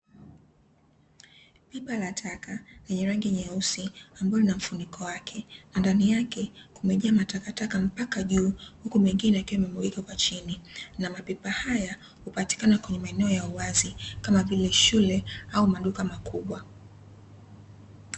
Pipa la taka lenye rangi nyeusi ambalo lina mfuniko wake na ndani yake kumejaa matakataka mpaka juu huku mengine yakiwa yamemwagika kwa chini. Na mapipa haya hupatikana kwenye maeneo ya uwazi kama vile shule au maduka makubwa.